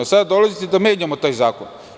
Sada dolazite da menjamo taj zakon.